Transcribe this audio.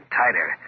tighter